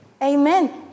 Amen